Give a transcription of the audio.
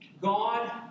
God